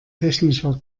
technischer